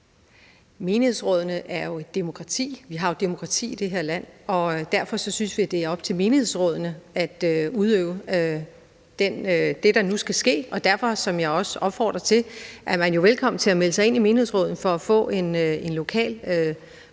Menighedsrådene er jo et demokrati. Vi har jo demokrati i det her land. Og derfor synes vi, det skal være op til menighedsrådene at udøve det, der nu skal gøres. Og derfor – som jeg også opfordrer til – er man jo velkommen til at melde sig ind i menighedsrådet for at få en lokal